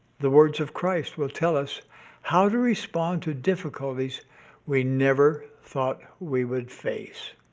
the words of christ will tell us how to respond to difficulties we never thought we would face.